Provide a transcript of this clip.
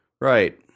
Right